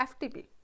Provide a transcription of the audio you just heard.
ftp